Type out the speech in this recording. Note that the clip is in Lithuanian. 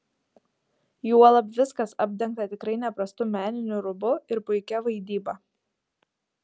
juolab viskas apdengta tikrai neprastu meniniu rūbu ir puikia vaidyba